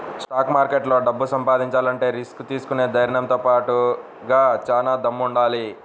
stock మార్కెట్లో డబ్బు సంపాదించాలంటే రిస్క్ తీసుకునే ధైర్నంతో బాటుగా చానా దమ్ముండాలి